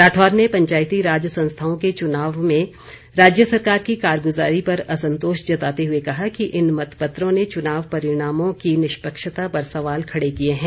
राठौर ने पंचायती राज संस्थाओं के चुनावों में राज्य सरकार की कारगुजारी पर असंतोष जताते हुए कहा कि इन मतपत्रों ने चुनाव परिणामों की निष्पक्षता पर सवाल खड़े किए हैं